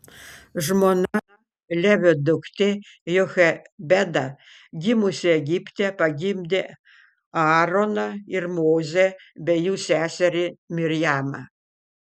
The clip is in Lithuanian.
žmona levio duktė jochebeda gimusi egipte pagimdė aaroną ir mozę bei jų seserį mirjamą